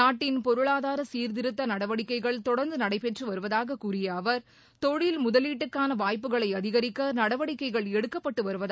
நாட்டின் பொருளாதார சீர்திருத்த நடவடிக்கைகள் தொடர்ந்து நடைபெற்று வருவதாக கூறிய அவர் தொழில் முதலீட்டுக்கான வாய்ப்புகளை அதிகரிக்க நடவடிக்கைகள் எடுக்கப்பட்டு வருவதாகவும் தெரிவித்தார்